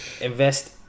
Invest